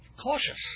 cautious